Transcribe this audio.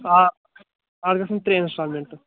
آ اتھ گَژھن ترٛےٚ اِنسٹالمیٚنٛٹہٕ